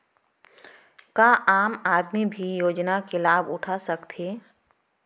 का आम आदमी भी योजना के लाभ उठा सकथे?